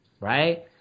Right